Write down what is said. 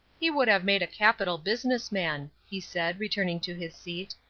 he would have made a capital business man, he said, returning to his seat.